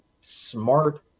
smart